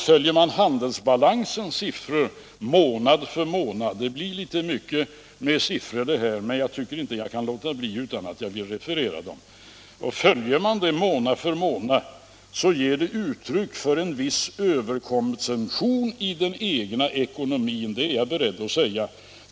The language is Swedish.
Följer man handelsbalansens siffror månad för månad — det blir mycket siffror det här, men jag tycker inte att jag kan låta bli att referera dem — ger de uttryck för en viss överkonsumtion i den egna ekonomin, det är jag beredd att säga.